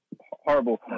horrible